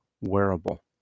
wearable